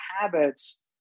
habits